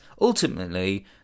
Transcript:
ultimately